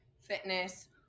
fitness